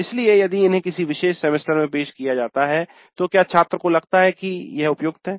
इसलिए यदि इन्हें किसी विशेष सेमेस्टर में पेश किया जाता है तो क्या छात्रों को लगता है कि यह उपयुक्त है